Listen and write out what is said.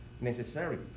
necessary